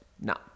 No